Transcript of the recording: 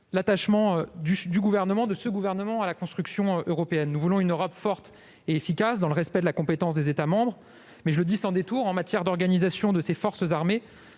l'attachement de ce gouvernement à la construction européenne : nous voulons une Europe forte et efficace dans le respect de la compétence des États membres. Toutefois, je le dis sans détour : en matière d'organisation de ses forces armées,